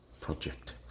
Project